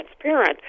transparent